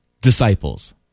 disciples